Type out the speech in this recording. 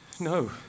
No